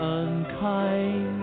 unkind